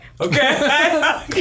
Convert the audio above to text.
okay